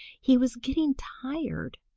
he was getting tired,